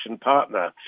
partner